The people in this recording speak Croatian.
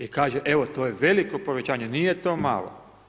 I kaže evo to je veliko povećanje, nije to malo.